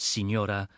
Signora